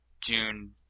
June